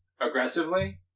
aggressively